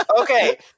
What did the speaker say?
Okay